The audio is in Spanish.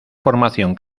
formación